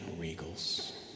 Regals